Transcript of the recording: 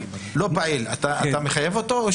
פעיל אתה מחייב אותו?